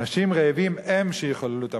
אנשים רעבים הם שיחוללו את המהפכה.